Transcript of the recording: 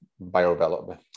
bioavailable